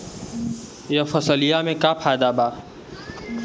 यह फसलिया में का फायदा बा?